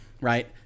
right